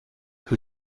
who